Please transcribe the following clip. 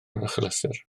achlysur